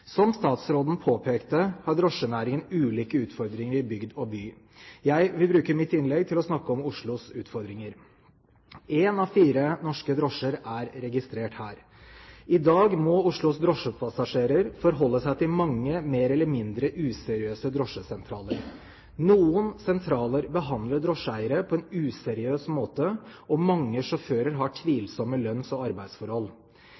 Som statsråden påpekte, har drosjenæringen ulike utfordringer i bygd og by. Jeg vil bruke mitt innlegg til å snakke om Oslos utfordringer – én av fire norske drosjer er registrert her. I dag må Oslos drosjepassasjerer forholde seg til mange mer eller mindre useriøse drosjesentraler. Noen sentraler behandler drosjeeiere på en useriøs måte, og mange sjåfører har